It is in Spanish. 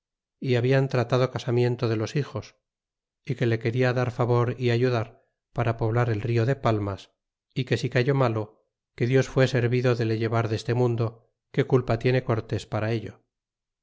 y hablan tratado casamiento de los hijos é que le queda dar favor é ayudar para poblar el rio de palmas é que si cayó malo que dios fué servido de le llevar deste mundo qué culpa tiene cortés para ello